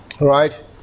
Right